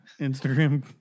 Instagram